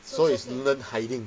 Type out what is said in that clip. one is learn hiding